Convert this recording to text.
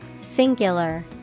Singular